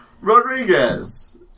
Rodriguez